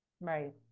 Right